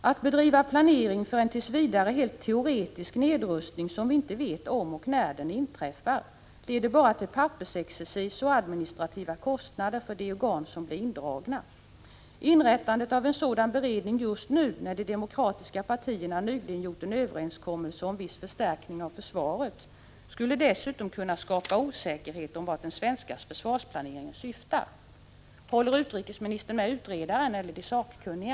Att bedriva planering för en tills vidare helt teoretisk nedrustning, som vi inte vet om och när den inträffar, leder enbart till pappersexercis och administrativa kostnader för de organ som blir indragna. Inrättande av en sådan beredning just nu, när de demokratiska partierna nyligen gjort en överenskommelse om en viss förstärkning av försvaret, skulle dessutom kunna skapa osäkerhet om vart den svenska försvarsplaneringen syftar.” Håller utrikesministern med utredaren eller med de sakkunniga?